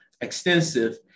extensive